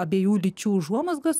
abiejų lyčių užuomazgas